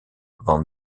van